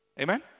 Amen